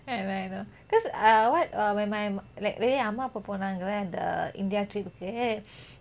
ya lah I know because err what err when my like என் அம்மா அப்பா போனாங்களே அந்த இந்தியா:en amma appa ponaangele antha india trip க்கு:ku